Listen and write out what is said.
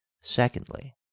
Secondly